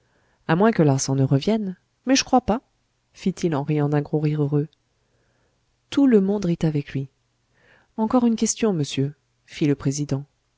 à moins que larsan ne revienne mais j'crois pas fit-il en riant d'un gros rire heureux tout le monde rit avec lui encore une question monsieur fit le président